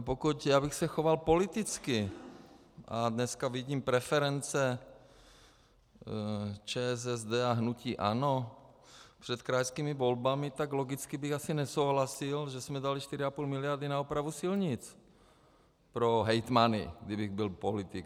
Pokud bych se choval politicky, a dneska vidím preference ČSSD a hnutí ANO před krajskými volbami, tak logicky bych asi nesouhlasil, že jsme dali 4,5 mld. na opravu silnic pro hejtmany, kdybych byl politický.